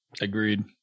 agreed